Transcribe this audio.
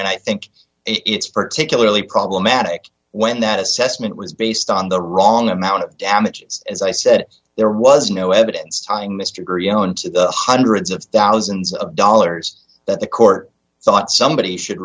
and i think it's particularly problematic when that assessment was based on the wrong amount of damages as i said there was no evidence tying mr grunow into the hundreds of thousands of dollars that the court saw it somebody should